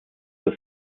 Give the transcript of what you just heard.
zur